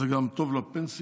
זה גם טוב לפנסיה.